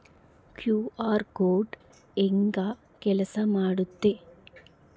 QR code ಹೆಂಗ ಕೆಲಸ ಮಾಡುತ್ತೆ?